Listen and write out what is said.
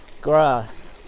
grass